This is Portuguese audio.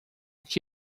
que